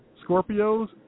Scorpio's